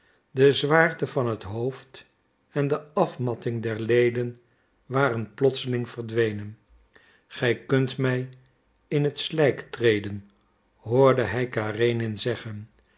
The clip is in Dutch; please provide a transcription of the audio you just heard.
de zwaarte van het hoofd en de afmatting der leden waren plotseling verdwenen gij kunt mij in het slijk treden hoorde hij karenin zeggen